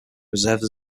preserved